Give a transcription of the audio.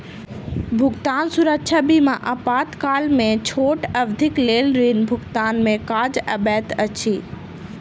भुगतान सुरक्षा बीमा आपातकाल में छोट अवधिक लेल ऋण भुगतान में काज अबैत अछि